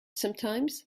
sometimes